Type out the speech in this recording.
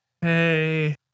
hey